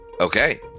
okay